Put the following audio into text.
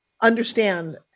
understand